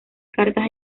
cartas